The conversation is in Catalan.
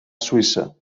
suïssa